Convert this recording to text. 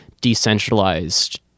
decentralized